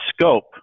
scope